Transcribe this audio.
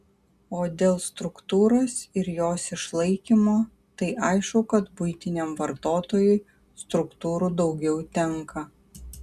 o dėl struktūros ir jos išlaikymo tai aišku kad buitiniam vartotojui struktūrų daugiau tenka